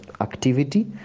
activity